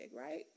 right